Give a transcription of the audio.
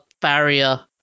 barrier